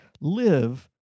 live